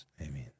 Amen